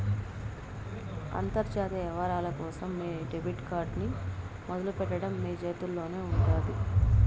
అంతర్జాతీయ యవ్వారాల కోసం మీ డెబిట్ కార్డ్ ని మొదలెట్టడం మీ చేతుల్లోనే ఉండాది